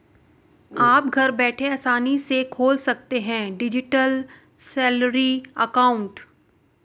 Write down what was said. आप घर बैठे आसानी से खोल सकते हैं डिजिटल सैलरी अकाउंट